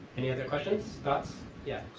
any other questions, thoughts? yeah?